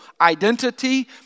identity